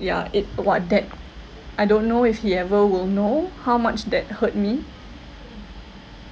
ya it !wah! that I don't know if he ever will know how much that hurt me